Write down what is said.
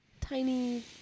tiny